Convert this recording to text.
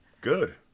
Good